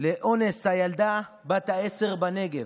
לאונס הילדה בת העשר בנגב,